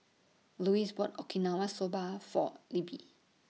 Louise bought Okinawa Soba For Libbie